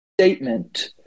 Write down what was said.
statement